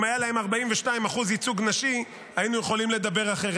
אם היה להן 42% ייצוג נשי היינו יכולים לדבר אחרת.